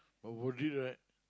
but was it right